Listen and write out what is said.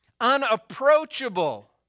unapproachable